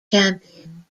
champion